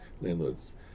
landlords